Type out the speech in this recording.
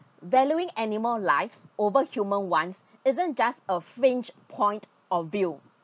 valuing animal lives over human ones isn't just a fringe point of view